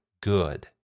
good